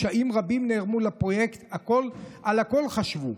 קשיים רבים נערמו בפרויקט, על הכול חשבו,